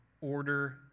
order